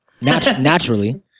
Naturally